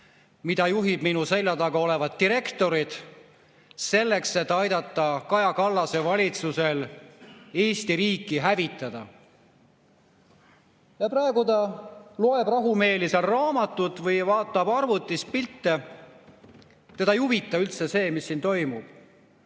mida juhivad minu selja taga olevad direktorid selleks, et aidata Kaja Kallase valitsusel Eesti riiki hävitada. Praegu ta loeb rahumeeli seal raamatut või vaatab arvutist pilte. Teda ei huvita üldse see, mis siin toimub.